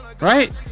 Right